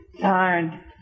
Darn